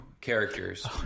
characters